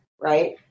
right